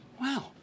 Wow